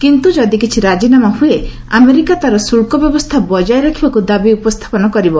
କିନ୍ତୁ ଯଦି କିିିି ରାଜିନାମା ହୃଏ ଆମେରିକା ତା'ର ଶ୍ରୁଳ୍କ ବ୍ୟବସ୍ଥା ବଜାୟ ରଖିବାକୁ ଦାବି ଉପସ୍ଥାପନ କରିବ